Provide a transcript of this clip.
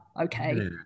okay